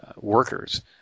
workers